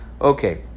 Okay